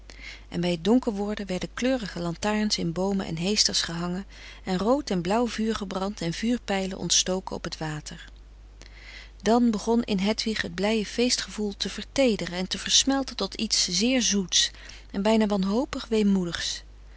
en bij het donker worden werden kleurige lantaarns in boomen en heesters gehangen en rood en blauw vuur gebrand en vuurpijlen ontstoken op het water dan begon in hedwig het blije feestgevoel te verteederen en te versmelten tot iets zeer zoets en bijna wanhopig